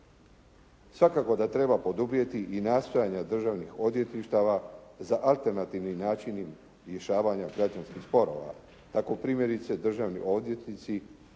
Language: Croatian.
Svakako da treba poduprijeti i nastojanja državnih odvjetništava za alternativnim načinim rješavanja građanskih sporova. Trako primjerice državni odvjetnici